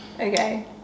Okay